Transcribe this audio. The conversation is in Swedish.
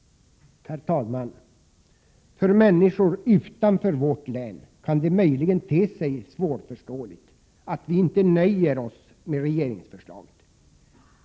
Fru talman! För människor utanför vårt län kan det möjligen te sig svårförståeligt att vi inte nöjer oss med regeringsförslaget.